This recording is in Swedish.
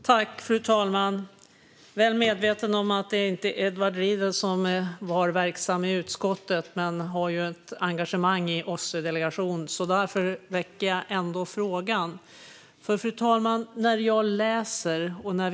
Fru talman! Jag är väl medveten om att Edward Riedl inte har varit verksam i utskottet, men han har ett engagemang i OSSE-delegationen. Därför vill jag ändå ställa en fråga.